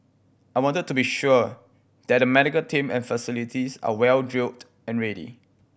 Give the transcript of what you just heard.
I wanted to be sure that the medical team and facilities are well drilled and ready